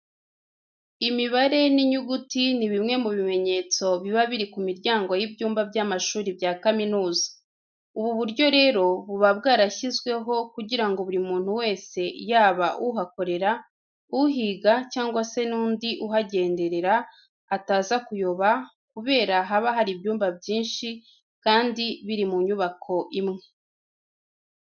Imibare n'inyuguti ni bimwe mu bimenyetso biba biri ku miryango y'ibyumba by'amashuri bya kaminuza. Ubu buryo rero, buba bwarashyizweho kugira ngo buri muntu wese yaba uhakorera, uhiga cyangwa se n'undi uhagenderera ataza kuyoba kubera haba hari ibyumba byinshi, kandi biri mu nyubako imwe.